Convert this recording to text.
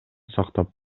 сактап